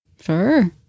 Sure